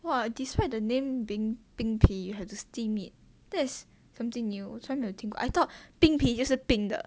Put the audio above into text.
!wah! despite the name being 冰皮 you have to steam it that is something new trying to think I thought 冰皮就是冰的